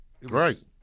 Right